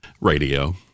Radio